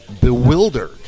bewildered